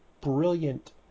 brilliant